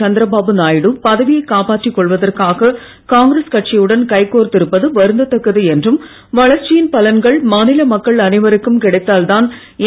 சந்திரபாபு நாயுடு பதவியை காப்பாற்றி கொள்வதற்காக காங்கிரஸ் கட்சியுடன் கைக்கோர்த்து இருப்பது வருதக்கத்தக்கது என்றும் வளர்ச்சியின் பலன்கள் மாநில மக்கள் அனைவருக்கும் கிடைத்தால் தான் என்